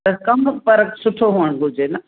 त कम पर सुठो हुजण घुरिजे न